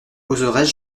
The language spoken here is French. oserais